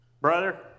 Brother